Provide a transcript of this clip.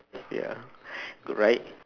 ya good right